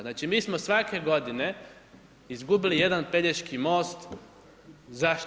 Znači, mi smo svake godine izgubili jedan Pelješki most zašto?